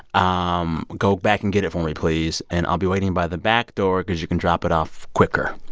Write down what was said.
um go back and get it for me, please. and i'll be waiting by the back door because you can drop it off quicker.